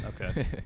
Okay